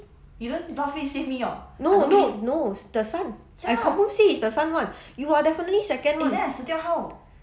no no no the son I confirm say is the son [one] you are definitely second [one]